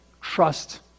trust